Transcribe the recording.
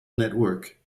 network